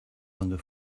longer